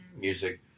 music